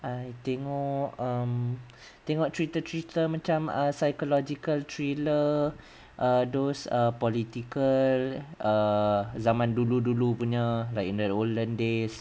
I think um tengok cerita-cerita macam psychological thriller err those err political err zaman dulu-dulu punya like you know the olden days